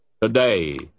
today